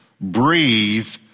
breathe